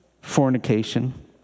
fornication